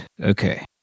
Okay